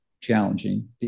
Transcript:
challenging